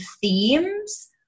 themes